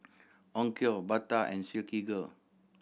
Onkyo Bata and Silkygirl